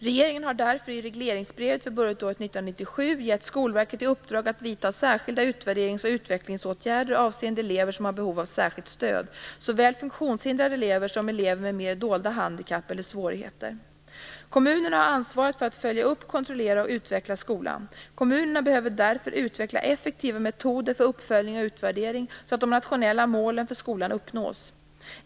Regeringen har därför - i regleringsbrevet för budgetåret 1997 - gett Skolverket i uppdrag att vidta särskilda utvärderings och utvecklingsåtgärder avseende elever som har behov av särskilt stöd, såväl funktionshindrade elever som elever med mer dolda handikapp eller svårigheter. Kommunerna har ansvaret för att följa upp, kontrollera och utveckla skolan. Kommunerna behöver därför utveckla effektiva metoder för uppföljning och utvärdering, så att de nationella målen för skolan uppnås.